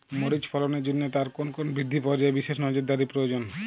মরিচ ফলনের জন্য তার কোন কোন বৃদ্ধি পর্যায়ে বিশেষ নজরদারি প্রয়োজন?